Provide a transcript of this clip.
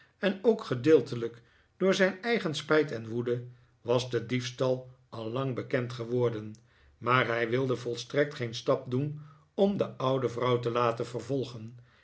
en ook gedeeltelijk door zijn eigen spijt en woede was de diefstal al lang bekend geworden maar hij wilde volstrekt geen stap doen om de oude vrouw te laten vervolgen